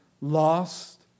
lost